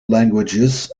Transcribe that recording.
languages